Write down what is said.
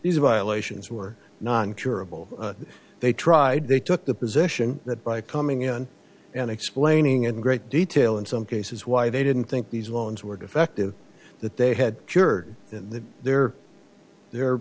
these violations were not in curable they tried they took the position that by coming in and explaining in great detail in some cases why they didn't think these loans were defective that they had assured them that their their